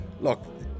Look